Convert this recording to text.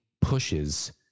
pushes